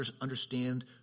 understand